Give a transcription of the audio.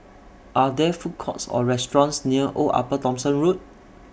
Are There Food Courts Or restaurants near Old Upper Thomson Road